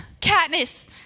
Katniss